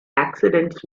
accidents